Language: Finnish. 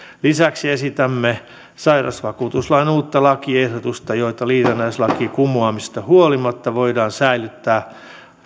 lisäksi esitämme sairausvakuutuslakiin uutta lakiehdotusta jotta liitännäislakien kumoamisesta huolimatta voidaan säilyttää